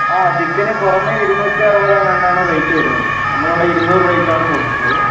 ആ ചിക്കന് പുറമെ ഇരുന്നൂറ്റി അറുപത് എങ്ങാണ്ടാണ് റേറ്റ് വരുന്നത് നമ്മൾ ഇവിടെ ഇരുന്നൂറു രൂപയ്ക്ക് ആണ് കൊടുക്കുന്നത്